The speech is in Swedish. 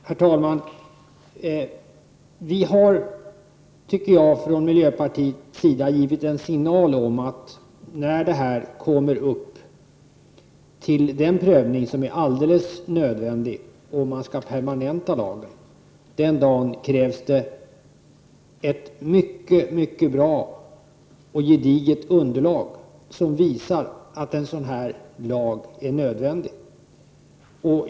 Herr talman! Jag tycker att vi från miljöpartiets sida har givit en signal om att när den prövning kommer till stånd som absolut måste göras om man skall permanenta lagen, då krävs det ett mycket mycket bra och gediget underlag som visar att en sådan här lag är nödvändig.